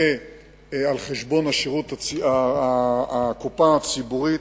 על-חשבון הקופה הציבורית,